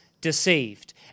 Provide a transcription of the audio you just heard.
deceived